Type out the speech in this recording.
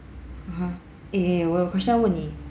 (uh huh) eh eh eh 我有 question 要问你